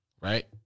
Right